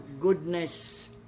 goodness